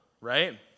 right